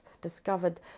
discovered